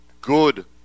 good